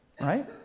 right